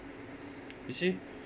you see